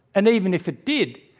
and, even if it did,